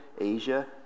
Asia